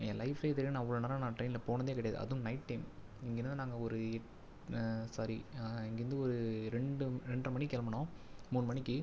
என் லைஃப்லே இது வரையும் நான் இவ்வளோ நேரம் நான் ட்ரெயினில் போனதே கிடையாது அதுவும் நைட் டைம் இங்கேருந்து நாங்கள் ஒரு எட் சாரி இங்கேருந்து ஒரு ரெண்டு ரெண்டரை மணிக்கு கிளம்புனோம் மூணு மணிக்கு